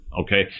Okay